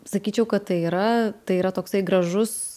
sakyčiau kad tai yra tai yra toksai gražus